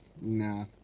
nah